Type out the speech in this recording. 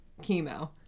chemo